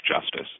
Justice